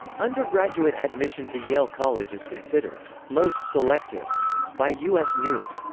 undergraduate admission to yale college is considered most selective by u s. news.